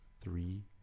three